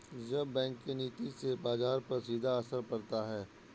reserve bank के नीति से बाजार पर सीधा असर पड़ता है